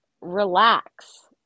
relax